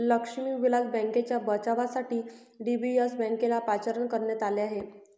लक्ष्मी विलास बँकेच्या बचावासाठी डी.बी.एस बँकेला पाचारण करण्यात आले आहे